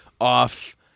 off